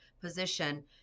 position